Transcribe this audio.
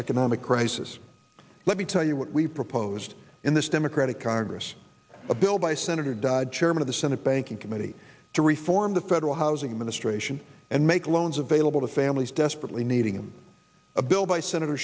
economic crisis let me tell you what we proposed in this democratic congress a bill by senator dodd chairman of the senate banking committee to reform the federal housing administration and make loans available to families desperately needing him a bill by senator